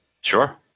Sure